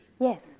Yes